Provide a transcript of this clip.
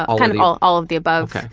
ah kind of all all of the above.